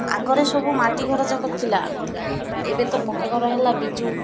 ଆଗରେ ସବୁ ମାଟି ଘର ଯାକଥିଲା ଏବେ ତ ପକ୍କା ଘର ହେଲା ବିଜୁ